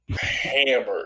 hammered